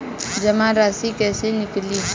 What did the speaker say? जमा राशि कइसे निकली?